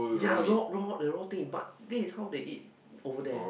ya raw raw the raw thing but this is how they eat over there